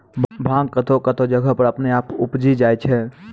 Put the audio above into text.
भांग कतौह कतौह जगह पर अपने आप उपजी जाय छै